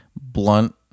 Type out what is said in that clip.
blunt